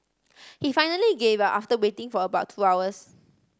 he finally gave up after waiting for about two hours